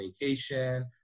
vacation